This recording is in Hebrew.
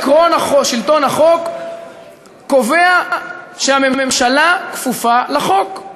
עקרון שלטון החוק קובע שהממשלה כפופה לחוק,